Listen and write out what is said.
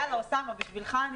אוסאמה, בשבילך אני